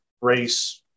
Race